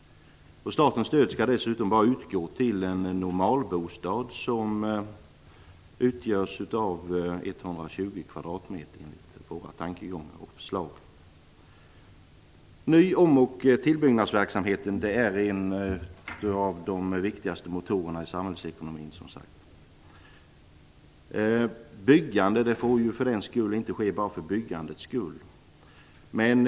Statens stöd skall enligt vårt förslag dessutom bara utgå när det gäller en normalbostad på 120 kvadratmeter. Ny-, om och tillbyggnadsverksamheten utgör som sagt en av de viktigaste motorerna i samhällsekonomin. Byggande får för den skull inte ske bara för byggandets skull.